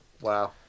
Wow